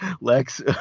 Lex